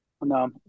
No